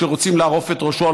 כשרוצים לערוף את ראשו,